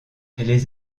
les